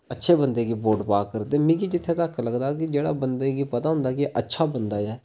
अच्छे बंदे गी वोट पा करदे मिगी जित्थें तक लगदा कि जेह्ड़ा बंदे गी पता होंदी कि अच्छा बंदा ऐ